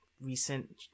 recent